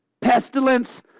Pestilence